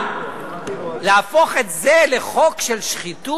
אבל להפוך את זה לחוק של שחיתות?